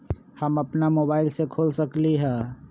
हम अपना मोबाइल से खोल सकली ह?